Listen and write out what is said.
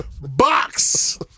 Box